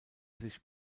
sich